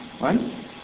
Right